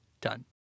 done